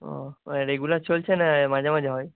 ও মানে রেগুলার চলছে না মাঝে মাঝে হয়